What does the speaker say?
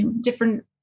different